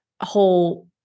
whole